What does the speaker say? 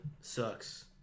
sucks